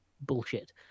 bullshit